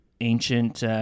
ancient